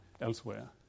elsewhere